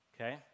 okay